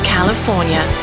California